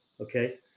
Okay